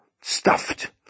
stuffed